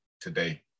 today